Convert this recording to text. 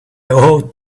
ought